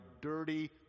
dirty